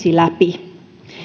läpi